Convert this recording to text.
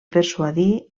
persuadir